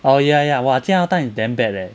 oh ya ya !wah! jian hao tan is damn bad leh